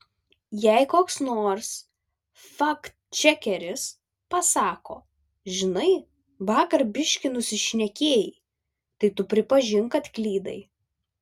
jei koks nors faktčekeris pasako žinai vakar biškį nusišnekėjai tai tu pripažink kad klydai